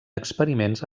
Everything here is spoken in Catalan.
experiments